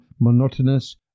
monotonous